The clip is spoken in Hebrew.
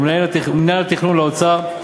ומינהל התכנון לאוצר,